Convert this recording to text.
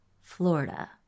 Florida